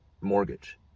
mortgage